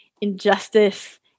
injustice